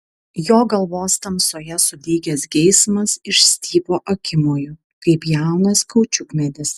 jo galvos tamsoje sudygęs geismas išstypo akimoju kaip jaunas kaučiukmedis